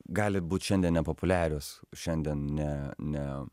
gali būt šiandien nepopuliarios šiandien ne ne